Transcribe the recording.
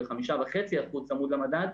של 5.5% צמוד למדד,